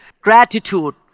gratitude